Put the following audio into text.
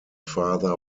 father